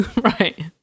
Right